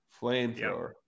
Flamethrower